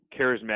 charismatic